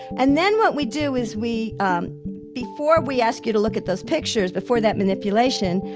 and then what we do is we um before we ask you to look at those pictures, before that manipulation,